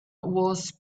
was